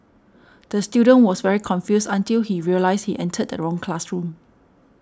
the student was very confused until he realised he entered the wrong classroom